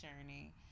journey